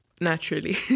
naturally